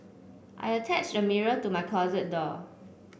I attached a mirror to my closet door